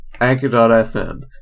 Anchor.fm